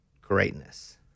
greatness